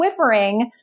Swiffering